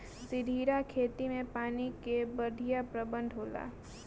सीढ़ीदार खेती में पानी कअ बढ़िया प्रबंध होला